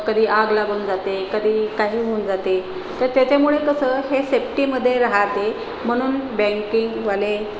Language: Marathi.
कधी आग लागून जाते कधी काही होऊन जाते तर त्याच्यामुळे कसं हे सेफ्टीमध्ये राहते म्हणून बँकिंगवाले